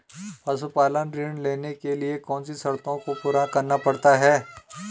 पशुपालन ऋण लेने के लिए कौन सी शर्तों को पूरा करना पड़ता है?